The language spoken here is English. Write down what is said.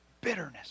bitterness